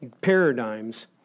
paradigms